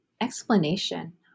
explanation